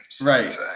Right